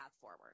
forward